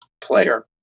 player